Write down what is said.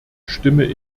stimme